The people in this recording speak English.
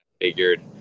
figured